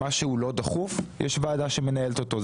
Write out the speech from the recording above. מה שהוא לא דחוף יש ועדה שמנהלת אותו,